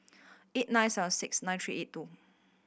eight nine seven six nine three eight two